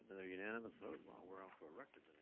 and a unanimous vote, wow we're off for a record